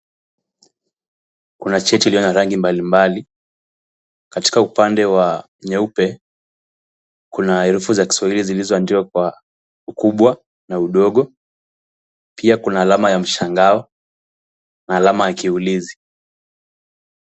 Kuna cheti iliyo na rangi mbalimbali. Katika upande wa nyeupe, kuna herufi za kiswahili zilizoandikwa kwa ukubwa na udogo. Pia kuna alama ya mshangao na alama ya kiulizi.